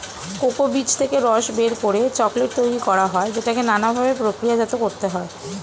cocoa বীজ থেকে রস বের করে চকোলেট তৈরি করা হয় যেটাকে নানা ভাবে প্রক্রিয়াজাত করতে হয়